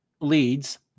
leads